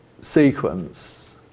sequence